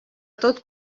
tot